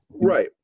Right